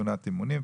תאונת אימונים,